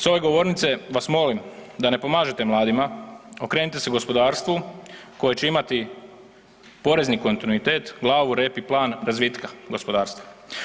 S ove govornice vas molim da ne pomažete mladima, okrenite se gospodarstvu koje će imati porezni kontinuitet, glavu, rep i plan razvitka gospodarstva.